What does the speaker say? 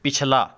ਪਿਛਲਾ